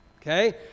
Okay